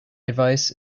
advice